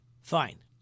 Fine